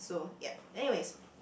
so ya anyways